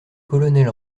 colonel